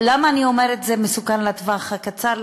למה אני אומרת שזה מסוכן לטווח הקצר?